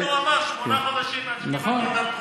כן, הוא אמר, שמונה חודשים עד שקיבלתי את הנתונים.